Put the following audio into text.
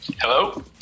Hello